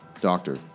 Doctor